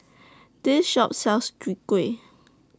This Shop sells Chwee Kueh